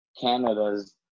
Canada's